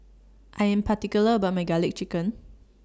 I Am particular about My Garlic Chicken